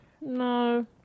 No